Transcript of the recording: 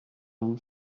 vous